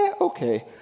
okay